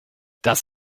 das